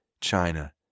China